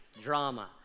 drama